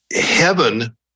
heaven